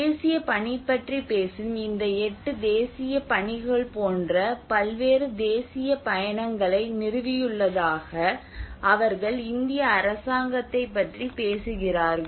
தேசிய பணி பற்றி பேசும் இந்த எட்டு தேசிய பணிகள் போன்ற பல்வேறு தேசிய பயணங்களை நிறுவியுள்ளதாக அவர்கள் இந்திய அரசாங்கத்தைப் பற்றி பேசுகிறார்கள்